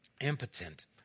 impotent